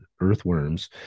earthworms